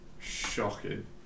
shocking